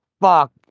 Fuck